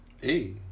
Hey